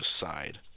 side